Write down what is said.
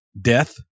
death